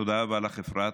תודה רבה לך, אפרת,